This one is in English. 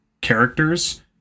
characters